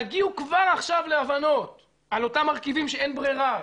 תגיעו כבר עכשיו להבנות על אותם מרכיבים שאין ברירה,